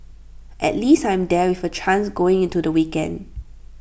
at least I'm there with A chance going into the weekend